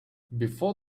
before